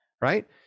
right